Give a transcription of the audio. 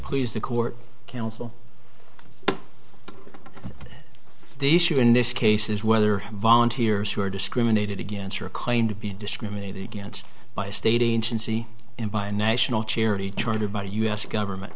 please the court counsel the issue in this case is whether volunteers who are discriminated against or claim to be discriminated against by a state agency and by national charity chartered by the u s government